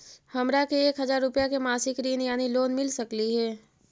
हमरा के एक हजार रुपया के मासिक ऋण यानी लोन मिल सकली हे?